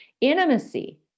Intimacy